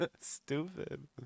stupid